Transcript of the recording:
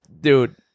Dude